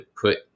put